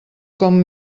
com